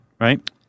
right